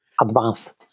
advanced